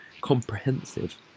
comprehensive